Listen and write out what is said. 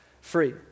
free